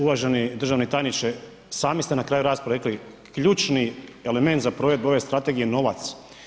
Uvaženi državni tajniče sami ste na kraju rasprave rekli ključni element za provedbu ove strategije je novac.